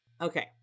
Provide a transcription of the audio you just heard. Okay